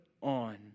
on